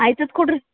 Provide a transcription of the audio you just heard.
ಆಯ್ತದ ಕೊಡಿರಿ